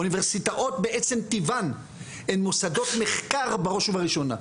אוניברסיטאות בעצם טיבן הן מוסדות מחקר בראש מחקר בראש ובראשונה,